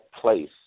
place